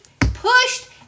pushed